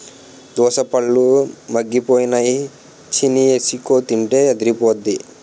దోసపళ్ళు ముగ్గిపోయినై చీనీఎసికొని తింటే అదిరిపొద్దే